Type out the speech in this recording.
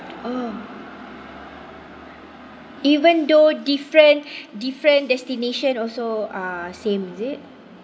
oh even though different different destination also uh same is it